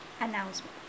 announcement